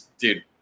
Dude